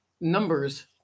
numbers